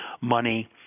money